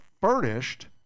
furnished